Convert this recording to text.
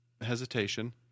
hesitation